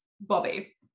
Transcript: Bobby